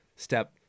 Step